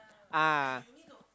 ah